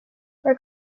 where